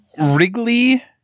Wrigley